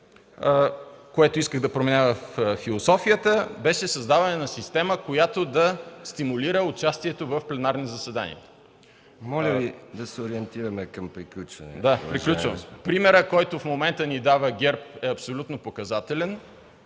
което исках да променя във философията, беше създаване на система, която да стимулира участието в пленарни заседания. ПРЕДСЕДАТЕЛ МИХАИЛ МИКОВ: Моля Ви, да се ориентираме към приключване. ГЕОРГИ КАДИЕВ: Приключвам. Примерът, който в момента ни дава ГЕРБ, е абсолютно показателен